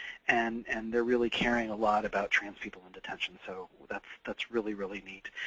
and and they're really caring a lot about trans people in detention, so that's that's really really neat.